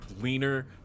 leaner